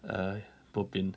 ai bo pian